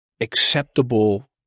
acceptable